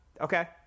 Okay